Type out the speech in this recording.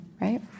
right